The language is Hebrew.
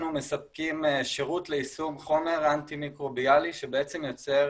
אנחנו מספקים שירות ליישום חומר אנטי מיקרוביאלי שבעצם יוצר